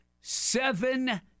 seven